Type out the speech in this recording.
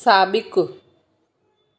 साबिक़ु